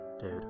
dude